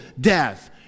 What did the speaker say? death